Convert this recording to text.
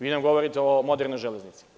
Vi nam govorite o modernoj železnici.